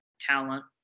talent